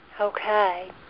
Okay